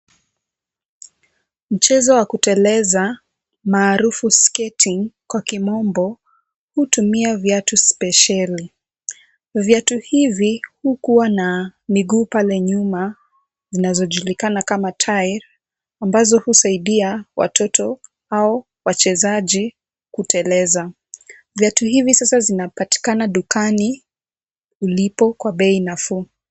Mchezo wa kuteleza maarufu [skating] kwa kimombo, hutumia viatu spesheli. Viatu hivi hukuwa na miguu pale nyuma zinazojulikana kama [tyre] ambazo husaidia watoto au wachezaji kuteleza. Viatu hivi sasa vinapatikana dukani ulipo kwa bei nafuu.